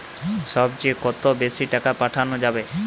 সব চেয়ে কত বেশি টাকা পাঠানো যাবে?